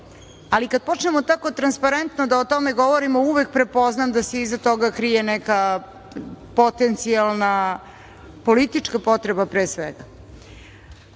ali kad počnemo tako transparentno da o tome govorimo, uvek prepoznam da se iza toga krije neka potencijalna politička potreba, pre